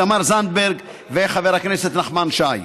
תמר זנדברג וחבר הכנסת נחמן שי.